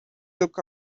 took